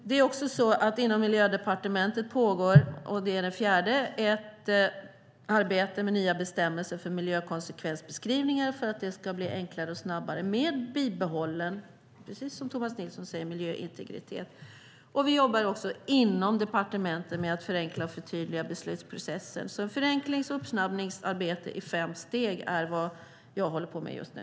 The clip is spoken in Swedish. Det fjärde steget är att det pågår ett arbete inom Miljödepartementet med nya bestämmelser för miljökonsekvensbeskrivningar för att det ska gå enklare och snabbare med bibehållen miljöintegritet, precis som Tomas Nilsson säger. Vi jobbar också inom departementet med att förenkla och förtydliga beslutsprocesser. Just nu håller jag alltså på med ett förenklings och uppsnabbningsarbete i fem steg.